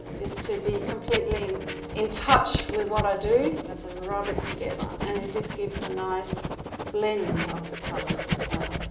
just to be completely in touch with what i do, as i rub it together and it just gives it a nice blend of the colors as well.